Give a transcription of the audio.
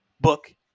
book